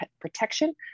protection